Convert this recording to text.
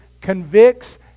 convicts